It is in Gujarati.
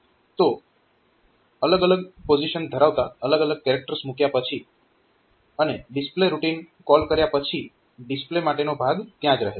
તો અલગ અલગ પોઝીશન ધરાવતાં અલગ અલગ કેરેક્ટર્સ મૂક્યા પછી અને ડિસ્પ્લે રૂટીન કોલ કર્યા પછી ડિસ્પ્લે માટેનો ભાગ ત્યાં જ રહે છે